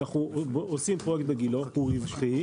אנחנו עושים פרויקט בגילה שהוא רווחי,